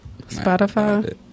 Spotify